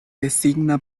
designa